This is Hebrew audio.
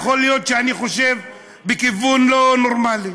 יכול להיות שאני חושב בכיוון לא נורמלי.